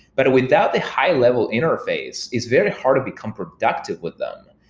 but without the high-level interface, it's very hard to become productive with them.